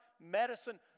medicine